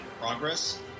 progress